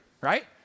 right